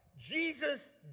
Jesus